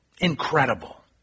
incredible